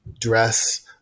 dress